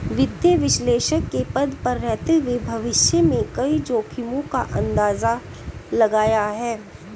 वित्तीय विश्लेषक के पद पर रहते हुए भविष्य में कई जोखिमो का अंदाज़ा लगाया है